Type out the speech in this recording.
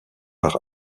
par